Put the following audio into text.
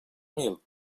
mil